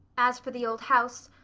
as for the old house,